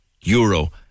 euro